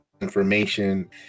information